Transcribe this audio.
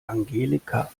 angelika